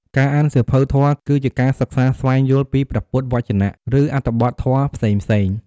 ការអានសៀវភៅធម៌ គឺជាការសិក្សាស្វែងយល់ពីព្រះពុទ្ធវចនៈ ឬអត្ថបទធម៌ផ្សេងៗ។